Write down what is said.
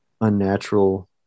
Unnatural